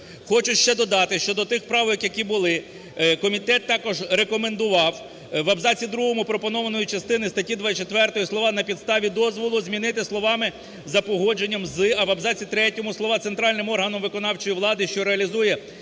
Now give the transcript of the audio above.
Хочу ще додати, що до тих правил, які були, комітет також рекомендував в абзаці другому пропонованої частини статті 24 слова "на підставі дозволу" змінити словами "за погодженням з", а в абзаці третьому слова "центральним органам виконавчої влади, що реалізує